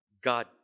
God